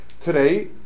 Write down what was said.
Today